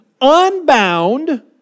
unbound